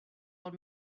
old